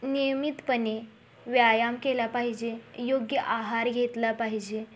नियमितपणे व्यायाम केला पाहिजे योग्य आहार घेतला पाहिजे